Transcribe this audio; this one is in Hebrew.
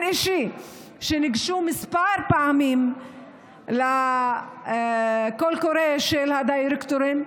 אישי שניגשו כמה פעמים לקול קורא של הדירקטורים.